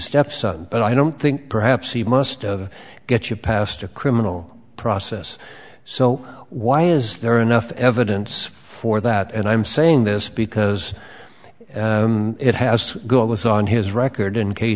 stepson but i don't think perhaps he must of get you past a criminal process so why is there enough evidence for that and i'm saying this because it has go it was on his record in